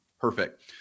Perfect